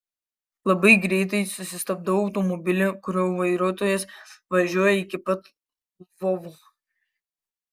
labai greitai susistabdau automobilį kurio vairuotojas važiuoja iki pat lvovo